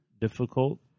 difficult